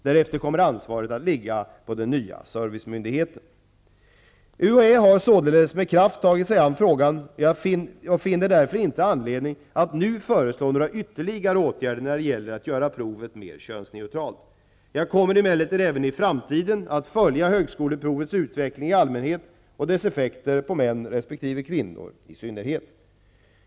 Därefter kommer ansvaret att ligga på den nya servicemyndigheten. UHÄ har således med kraft tagit sig an frågan, och jag finner därför inte anledning att nu föreslå några ytterligare åtgärder när det gäller att göra provet mer könsneutralt. Jag kommer emellertid även i framtiden att följa högskoleprovets utveckling i allmänhet och dess effekter på män resp. kvinnor i synnerhet.